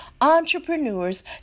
entrepreneurs